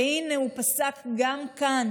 והינה, הוא פסק גם כאן